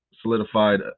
solidified